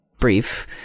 brief